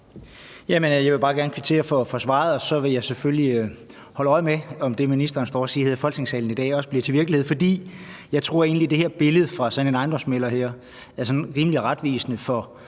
Jeg vil bare gerne kvittere for svaret, og så vil jeg selvfølgelig holde øje med, om det, ministeren står her og siger i Folketingssalen i dag, også bliver til virkelighed. For jeg tror egentlig, at det her billede fra sådan en ejendomsmægler er rimelig retvisende for